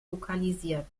lokalisiert